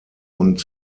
und